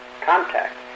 contact